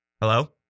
Hello